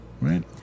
Right